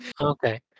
Okay